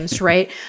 right